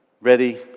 Ready